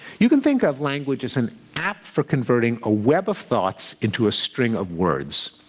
you can think of language as an app for converting a web of thoughts into a string of words.